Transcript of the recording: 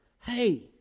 hey